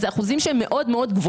הבדלים גדולים מאוד.